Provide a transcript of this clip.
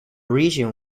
region